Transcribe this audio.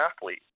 athlete